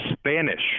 Spanish